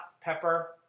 Pepper